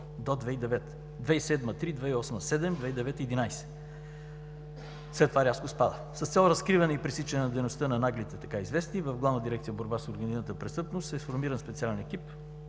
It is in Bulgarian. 2008 г. – седем, 2009 г. – 11. След това рязко спадат. С цел разкриване и пресичане на дейността на „Наглите“, така известни, в Главна дирекция „Борба с организираната престъпност“ е сформиран специален екип.